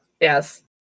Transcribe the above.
Yes